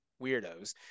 weirdos